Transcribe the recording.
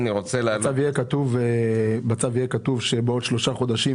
בצו יהיה כתוב שעוד שלושה, ארבעה חודשים